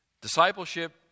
discipleship